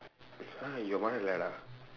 !huh! your mother let ah